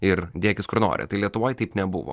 ir dėkis kur nori tai lietuvoj taip nebuvo